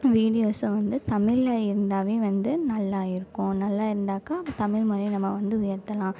வீடியோஸ்சை வந்து தமிழில் இருந்தாவே வந்து நல்லா இருக்கும் நல்லா இருந்தாக்கால் தமிழ் மொழியை நம்ம வந்து உயர்த்தலாம்